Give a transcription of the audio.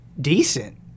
decent